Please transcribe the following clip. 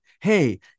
Hey